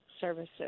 services